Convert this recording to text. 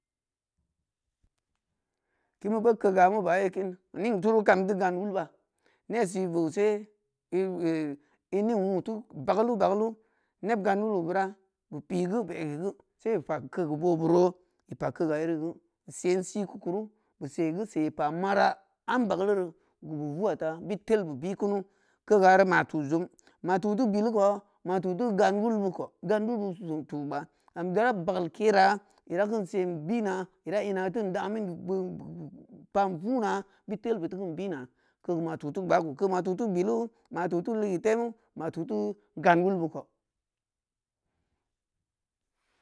kein beu boo kega meuba ye kin ning turu kam teu gan wul ba ne si vouse in in ning wul’u teu bagalu bagalu neb gan wulbe bura beu pii geu beu ege geu beu pa kege boro beu ro beu pa kegayei geu beu seen si keu kuru beu sei geu sei pa ara am bagaleru wuu beu vung’a ta beud tel beu bi kunu kegari ma tu zum ma tu teu bilikoh ma tuteu gan wul beu koh gan wulbeu be sin tu gbaa idan bagal kerah i dankein sen bina ida ina kein damin keu pan vuna bid telbeu teu keun bina kege ma tu teu bilu ma tu teu ligeu temu ma tu teu gan wul beu koh